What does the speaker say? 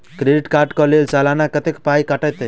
Credit card कऽ लेल सलाना कत्तेक पाई कटतै?